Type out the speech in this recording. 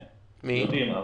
יודעים.